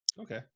Okay